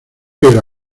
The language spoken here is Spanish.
pero